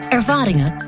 ervaringen